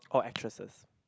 or actresses